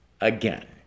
again